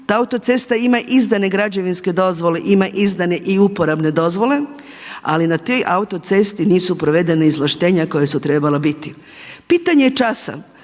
ta autocesta ima izdane građevinske dozvole, ima izdane i uporabne dozvole, ali na te autoceste nisu provedena izvlaštenja koja su trebala biti. Pitanje časa